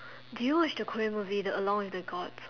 did you watch the Korean movie the along with the God